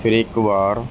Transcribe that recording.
ਫਿਰ ਇੱਕ ਵਾਰ